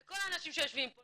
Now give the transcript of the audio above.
וכל האנשים שיושבים פה,